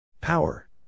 Power